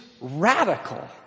radical